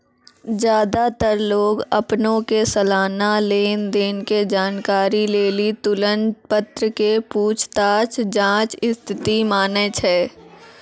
ज्यादातर लोग अपनो सलाना लेन देन के जानकारी लेली तुलन पत्र के पूछताछ जांच स्थिति मानै छै